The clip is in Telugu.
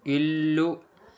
ఇల్లు